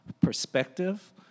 perspective